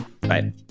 Bye